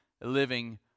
living